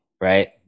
right